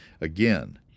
Again